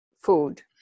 food